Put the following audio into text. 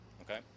Okay